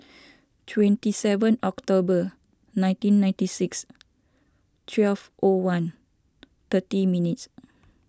twenty seven October nineteen ninety six twelve O one thirty minutes